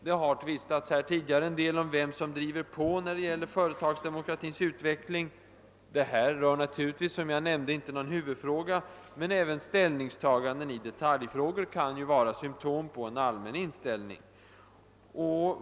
Det har tvistats här tidigare en del om vem som driver på när det gäller företagsdemokratins utveckling. Det ärende vi nu behandlar rör naturligtvis inte någon huvudfråga. Men även ställningstaganden i detaljfrågor kan vara symtom på en allmän inställning.